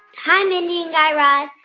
hi, mindy and guy raz.